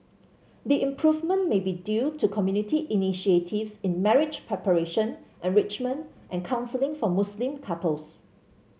the improvement may be due to community initiatives in marriage preparation enrichment and counselling for Muslim couples